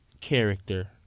character